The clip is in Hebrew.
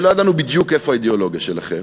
שלא ידענו בדיוק איפה האידיאולוגיה שלכם,